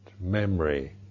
memory